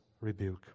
rebuke